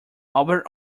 albert